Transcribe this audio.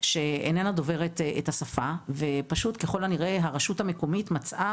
שאיננה דוברת את השפה ופשוט ככל הנראה הרשות המקומית מצאה